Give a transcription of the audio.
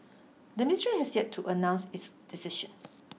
the ministry has yet to announce its decision